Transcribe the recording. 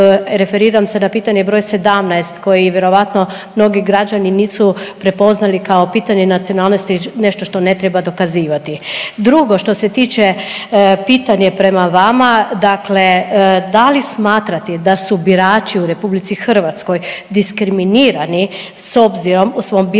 referiram se na pitanje broj 17, koji vjerovatno mnogi građani nit su prepoznali kao pitanje nacionalnosti, nešto što ne treba dokazivati. Drugo, što se pitanje prema vama, dakle da li smatrate da su birači u RH diskriminirani s obzirom u svom biračkom